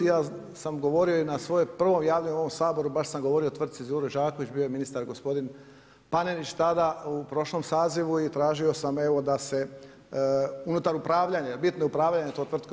Ja sam govorio i na svojem prvom javljanju u ovom Saboru, baš sam govorio o tvrtci Đuro Đaković, bio je ministar gospodin Panenić tada u prošlom sazivu i tražio sam evo da se unutar upravljanja, bitno je upravljanje tom tvrtkom.